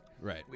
right